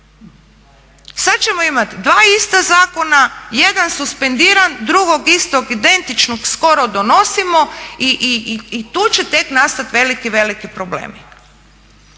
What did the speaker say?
Sada ćemo imati dva ista zakona, jedan suspendiran, drugog istog, identičnog skoro donosimo i tu će tek nastati veliki, veliki problemi.